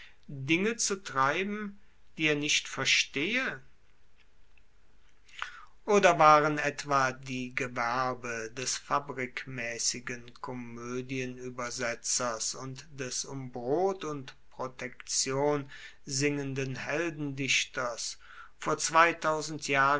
dinge zu treiben die er nicht verstehe oder waren etwa die gewerbe des fabrikmaessigen komoedienuebersetzers und des um brot und protektion singenden heldendichters vor zweitausend jahren